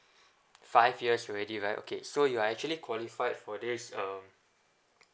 five years already right okay so you're actually qualified for this uh